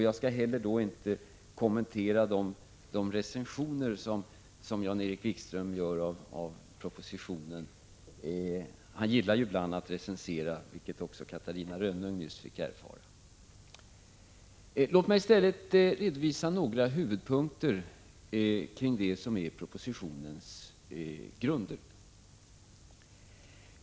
Jag skall heller inte kommentera de recensioner av propositionen som Jan-Erik Wikström gör. Han gillar ju ibland att recensera, vilket Catarina Rönnung nyss fick erfara. Låt mig i stället redovisa några huvudpunkter kring det som är propositionens grunder.